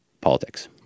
politics